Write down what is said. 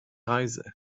reise